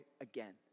again